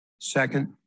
Second